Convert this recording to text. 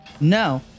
No